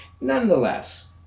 Nonetheless